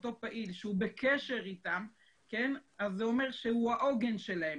שהוא בקשר איתם אז זה אומר שהוא העוגן שלהם.